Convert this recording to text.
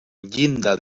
llinda